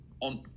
on